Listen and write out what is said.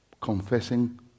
confessing